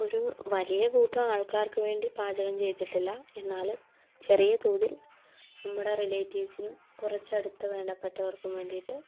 ഒരു വലിയ കൂട്ടം ആൾക്കാർക്ക് വേണ്ടി പാചകം ചെയ്തിട്ടില്ല എന്നാലും ചെറിയ തോതിൽ നമ്മുടെ റിലേറ്റീവ്സിനും കുറച്ചടുത്ത് വേണ്ടപ്പെട്ടവർക്കും വേണ്ടിയിട്ട്